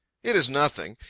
it is nothing.